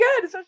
good